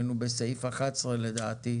היינו בסעיף 11 לדעתי.